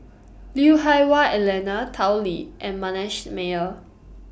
Lui Hah Wah Elena Tao Li and Manasseh Meyer